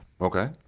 Okay